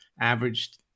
averaged